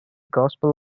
gospel